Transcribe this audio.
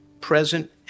present